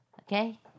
Okay